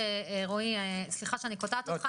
סליחה שאני קוטעת אותך,